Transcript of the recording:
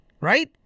right